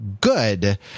good